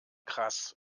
krass